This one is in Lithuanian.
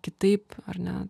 kitaip ar ne